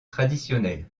traditionnelles